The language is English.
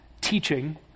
teaching